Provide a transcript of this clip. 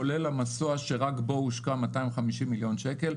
כולל המסוע שרק בו הושקעו 250 מיליון שקל,